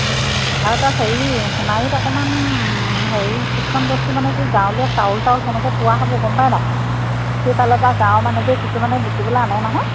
আৰু তাত হেৰি সোণাৰিত অকণমান হেৰি কিছুমান বস্তু মানে কি গাঁৱলীয়া চাউল তাউল তেনেকৈ পোৱা হ'ব গম পাইনে সেইফালৰ পৰা গাঁৱৰ মানুহবোৰে কিছুমানে বিকিবলৈ আনে নহয়